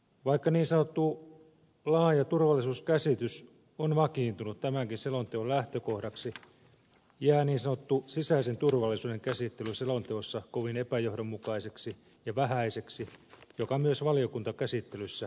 vaikka niin sanottu laaja turvallisuuskäsitys on vakiintunut tämänkin selonteon lähtökohdaksi jää niin sanottu sisäisen turvallisuuden käsittely selonteossa kovin epäjohdonmukaiseksi ja vähäiseksi mikä myös valiokuntakäsittelyssä on huomioitu